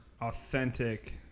authentic